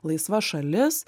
laisva šalis